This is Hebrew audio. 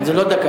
זה לא דקה.